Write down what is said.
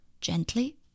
Gently